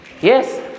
Yes